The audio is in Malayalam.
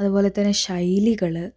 അതുപോലെതന്നെ ശൈലികള്